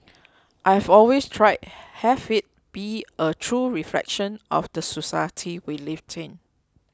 I've always tried have it be a true reflection of the society we live in